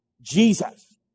Jesus